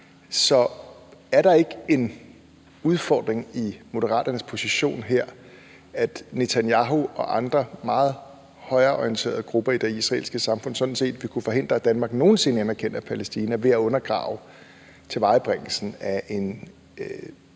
Så er der ikke en udfordring i Moderaternes position her, altså at Netanyahu og andre meget højreorienterede grupper i det israelske samfund sådan set vil kunne forhindre, at Danmark nogen sinde anerkender Palæstina, ved at undergrave tilvejebringelsen af en,